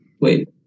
Wait